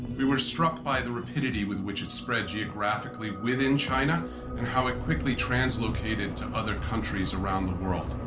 we were struck by the rapidity with which it spread geographically within china and how it quickly translocated to other countries around the world.